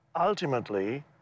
ultimately